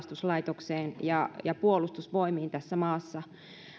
kuin poliisiin ja pelastuslaitokseen ja puolustusvoimiin tässä maassa